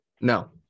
No